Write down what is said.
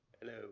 Hello